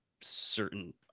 certain